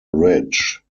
ridge